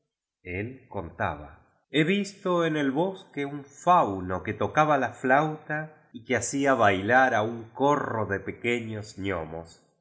el contaba he visto en ei bosque un fauno que tocaba la flauta y que hacía bailar á un corro de pequeños gnomos